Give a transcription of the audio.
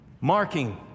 marking